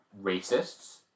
racists